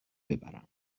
ببرم